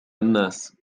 الناس